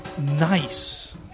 nice